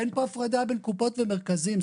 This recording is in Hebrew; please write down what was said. אין פה הפרדה בין קופות ומרכזים,